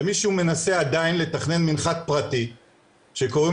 ומישהו מנסה עדיין לתכנן מנחת פרטי שקוראים